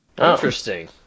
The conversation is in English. Interesting